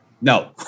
no